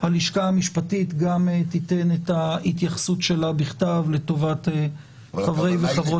הלשכה המשפטית גם תיתן את ההתייחסות שלה בכתב לטובת חברי וחברות הכנסת.